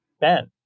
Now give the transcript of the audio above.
Ben